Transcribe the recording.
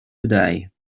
today